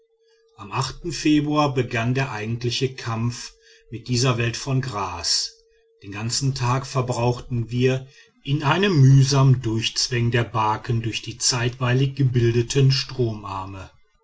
am februar begann der eigentliche kampf mit dieser welt von gras den ganzen tag verbrauchten wir in einem mühsamen durchzwängen der barken durch die zeitweilig gebildeten